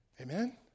Amen